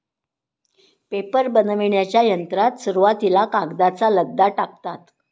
paper बनविण्याच्या यंत्रात सुरुवातीला कागदाचा लगदा टाकतात